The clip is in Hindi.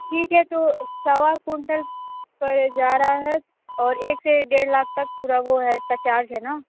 ठीक है तो सवा कुंटल पर जा रहा है और एक से डेढ़ लाख तक पूरा वो है इसका चार्ज है ना